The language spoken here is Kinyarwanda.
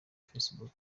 facebook